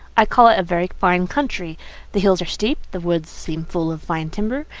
i call it a very fine country the hills are steep, the woods seem full of fine timber,